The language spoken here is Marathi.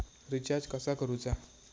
रिचार्ज कसा करूचा?